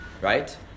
right